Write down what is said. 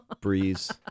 Breeze